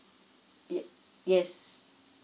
ye~ yes